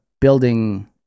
building